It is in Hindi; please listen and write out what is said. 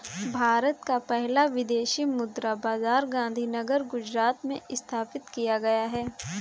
भारत का पहला विदेशी मुद्रा बाजार गांधीनगर गुजरात में स्थापित किया गया है